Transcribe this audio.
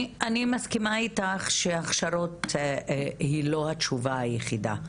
אני מסכימה איתך שהכשרות זו לא התשובה היחידה,